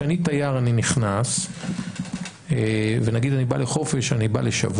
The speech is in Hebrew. אבל כשאני תייר אני נכנס ונגיד אני בא לחופש או אני בא לשבוע,